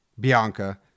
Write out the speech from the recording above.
Bianca